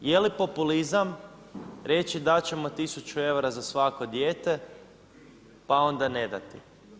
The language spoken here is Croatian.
Jeli populizam reći dat ćemo tisuću eura za svako dijete pa onda ne dati?